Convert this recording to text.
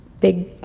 big